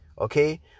okay